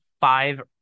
five